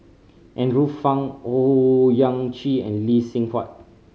Andrew Phang Owyang Chi and Lee Seng Huat